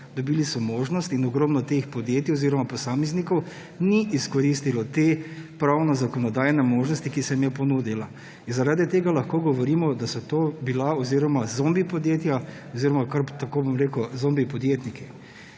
Dobili so možnost, a ogromno teh podjetij oziroma posameznikov ni izkoristilo te pravno-zakonodajne možnosti, ki se jim je ponudila. Zaradi tega lahko govorimo, da so to bila zombi podjetja oziroma zombi podjetniki.